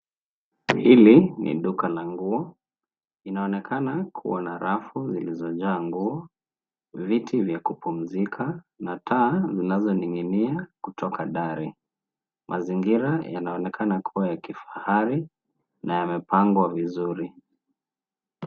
Hili ni duka la nguo. Inaonekana kuwa na rafu zilizojaa nguo, viti vya kupumzika, na taa zinazo ning'inia kutoka dari. Mazingira yanaonekana kuwa ya kifahari na yamepangwa vizuri.